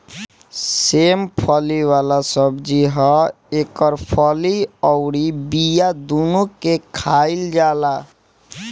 सेम फली वाला सब्जी ह एकर फली अउरी बिया दूनो के खाईल जाला